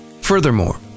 Furthermore